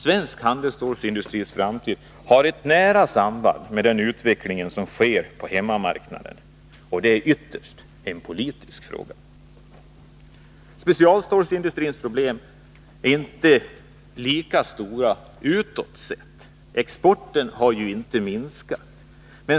Svensk handelsstålsindustris framtid har ett nära samband med den utveckling som sker på hemmamarknaden och är ytterst en politisk fråga. Utåt sett är specialstålsindustrins problem inte lika stora. Exporten har inte minskat.